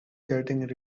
getting